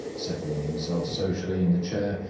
settling himself sociably in the chair,